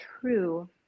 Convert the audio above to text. true